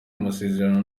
amasezerano